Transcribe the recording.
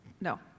no